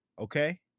okay